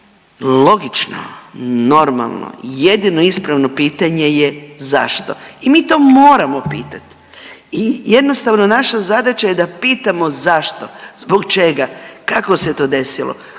logično, normalno i jedino ispravno pitanje je zašto, i mi to moramo pitat i jednostavno naša zadaća je da pitamo zašto, zbog čega, kako se to desilo,